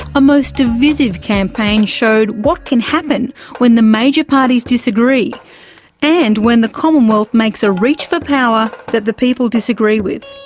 a most divisive campaign showed what can happen when the major parties disagree and when the commonwealth makes a reach for power that the people disagree with.